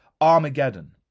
Armageddon